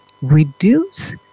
reduce